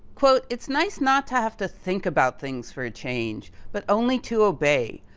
it's nice not to have to think about things for a change, but only to obey.